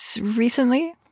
recently